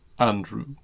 Andrew